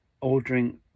ordering